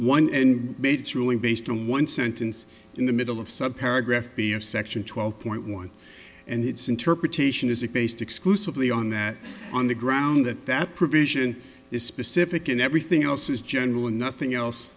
one and made its ruling based on one sentence in the middle of sub kara graf b of section twelve point one and its interpretation is it based exclusively on that on the ground that that provision is specific and everything else is general and nothing else